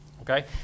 Okay